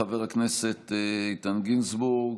תודה רבה לחבר הכנסת איתן גינזבורג.